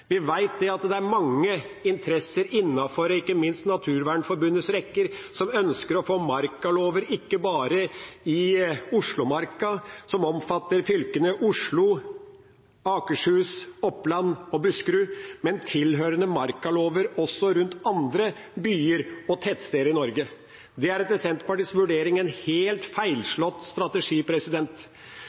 at det er mange interesser, ikke minst innenfor Naturvernforbundets rekker, som ønsker å få markalover ikke bare i Oslo-marka, som omfatter fylkene Oslo, Akershus, Oppland og Buskerud, men tilhørende markalover også rundt andre byer og tettsteder i Norge. Det er etter Senterpartiets vurdering en helt feilslått strategi.